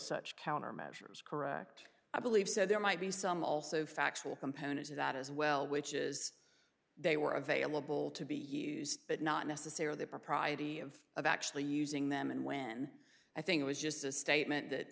such countermeasures correct i believe so there might be some also factual components of that as well which is they were available to be used but not necessarily the propriety of of actually using them and when i think it was just a statement that